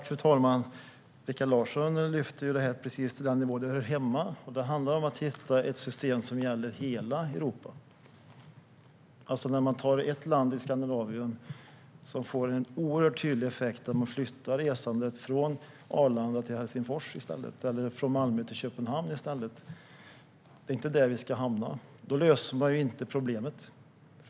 Fru talman! Rikard Larsson lyfter den här frågan till den nivå där den hör hemma. Det handlar om att hitta ett system som gäller hela Europa. När man tar ett land i Skandinavien blir det en oerhört tydlig effekt att man i stället flyttar resandet från Arlanda till Helsingfors eller från Malmö till Köpenhamn. Det är inte där vi ska hamna; då löser man inte problemet.